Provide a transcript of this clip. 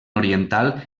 oriental